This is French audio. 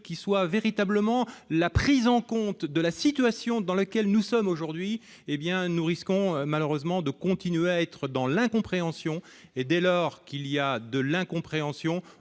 qui prenne véritablement en compte la situation dans laquelle nous sommes aujourd'hui, nous risquons, hélas, de continuer à être dans l'incompréhension. Or, dès lors qu'il y a de l'incompréhension,